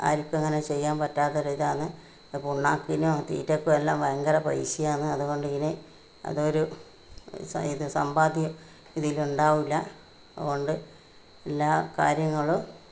ആർക്കും അങ്ങനെ ചെയ്യാൻ പറ്റാത്ത ഒരിതാണ് പുണ്ണാക്കിനും തീറ്റക്കുമെല്ലാം ഭയങ്കര പൈസയാണ് അതുകൊണ്ടിങ്ങനെ അതൊരു ഇത് സമ്പാദ്യം ഇതിലുണ്ടാവൂല്ല അതുകൊണ്ട് എല്ലാ കാര്യങ്ങളും